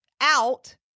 out